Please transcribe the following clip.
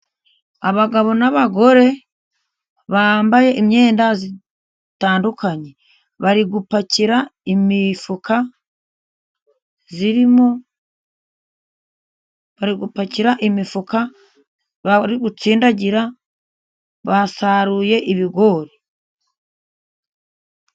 Abagabo n'abagore bambaye imyenda itandukanye, bari gupakira imifuka irimo, bari gupakira imifuka, bari gutsindagira, basaruye ibigori.